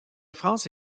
france